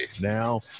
Now